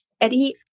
Eddie